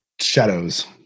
shadows